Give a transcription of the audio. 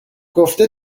گفته